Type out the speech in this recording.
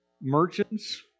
merchants